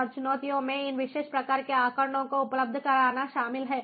और चुनौतियों में इन विशेष प्रकार के आंकड़ों को उपलब्ध कराना शामिल है